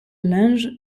linge